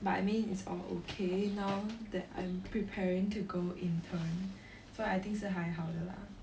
but I mean it's all okay now that I'm preparing to go intern so I think 是还好的啦